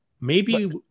Maybe-